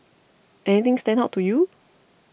anything stand out to you